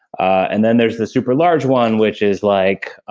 and then there's the super large one, which is like,